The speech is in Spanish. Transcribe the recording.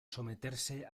someterse